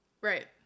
Right